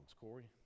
Corey